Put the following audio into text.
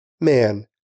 Man